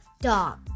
dog